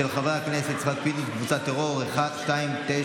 של חבר הכנסת יצחק פינדרוס וקבוצת חברי הכנסת,